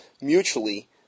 mutually